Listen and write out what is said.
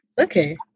Okay